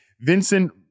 Vincent